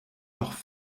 noch